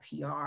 PR